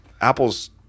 Apple's